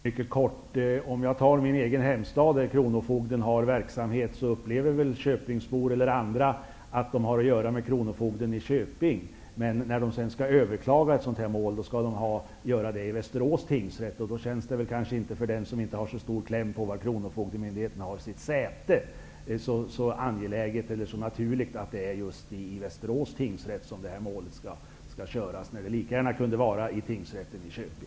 Fru talman! I min egen hemstad, där kronofogden har verksamhet, upplever Köpingsbor och andra att de har att göra med kronofogden i Köping. När de sedan skall överklaga ett sådant här mål, skall de göra det i Västerås tingsrätt. För den som inte har så stor kläm på var kronofogdemyndigheten har sitt säte, känns det inte så naturligt att det är just i Västerås tingsrätt som det här målet skall överklagas. Det kunde ju lika gärna vara i tingsrätten i Köping.